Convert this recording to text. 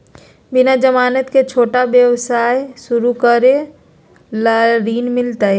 बिना जमानत के, छोटा व्यवसाय शुरू करे ला ऋण मिलतई?